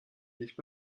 nicht